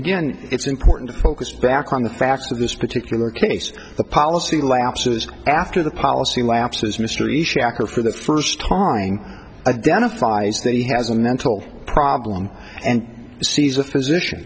again it's important to focus back on the facts of this particular case the policy lapses after the policy lapses mystery shopper for the first time a dentist prize that he has a mental problem and sees a physician